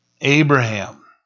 Abraham